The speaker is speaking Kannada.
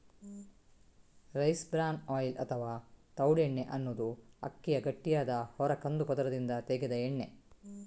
ರೈಸ್ ಬ್ರಾನ್ ಆಯಿಲ್ ಅಥವಾ ತವುಡೆಣ್ಣೆ ಅನ್ನುದು ಅಕ್ಕಿಯ ಗಟ್ಟಿಯಾದ ಹೊರ ಕಂದು ಪದರದಿಂದ ತೆಗೆದ ಎಣ್ಣೆ